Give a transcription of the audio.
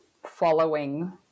following